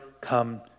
come